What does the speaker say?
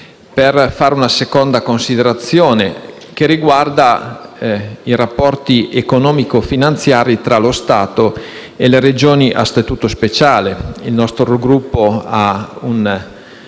per fare una seconda considerazione che riguarda i rapporti economico-finanziari tra lo Stato e le Regioni a statuto speciale. Il nostro Gruppo ha un